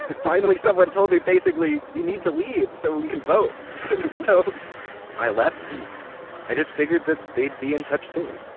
finally, someone told me basically, you need to leave so we can vote so i left and i just figured that they'd be in touch soon